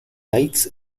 nights